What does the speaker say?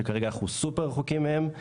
שכרגע אנחנו סופר רחוקים מהם,